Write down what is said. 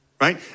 right